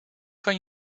van